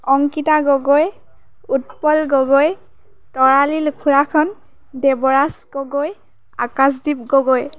অংকিতা গগৈ উৎপল গগৈ তৰালী লুখুৰাখন দেৱৰাজ গগৈ আকাশদ্বীপ গগৈ